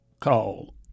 call